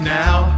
now